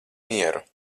mieru